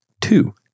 two